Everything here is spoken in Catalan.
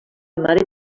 mare